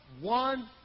one